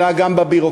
אלא גם בביורוקרטיה.